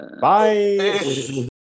Bye